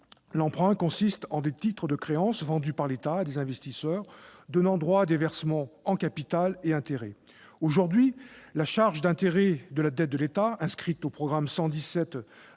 L'emprunt consiste en des titres de créance vendus par l'État à des investisseurs, donnant droit à des versements en capital et en intérêts. Aujourd'hui, la charge des intérêts de la dette de l'État, inscrite au programme 117